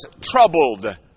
troubled